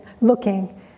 looking